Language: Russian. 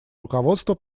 руководство